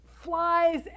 flies